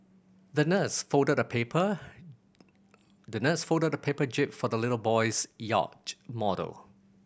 the nurse folded a paper the nurse folded a paper jib for the little boy's yacht model